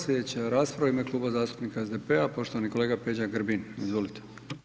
Slijedeća rasprava u ime Kluba zastupnika SDP-a, poštovani kolega Peđa Grbin, izvolite.